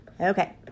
Okay